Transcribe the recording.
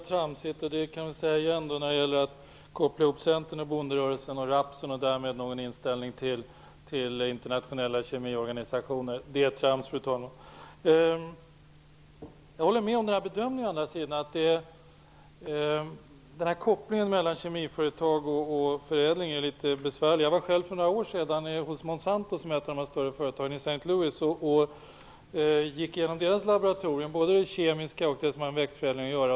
Fru talman! Att koppla ihop Centern, bonderörelsen, rapsen och därmed någon inställning till den internationella kemiorganisationen är trams. Jag håller å andra sidan med om bedömningen att kopplingen mellan kemiföretag och förädling är litet besvärlig. Jag var själv för några år sedan hos Monsanto, som är ett av de större företagen på området, i St. Louis och gick igenom företagets laboratorier, både det kemiska och det som hade med växtförädling att göra.